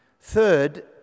Third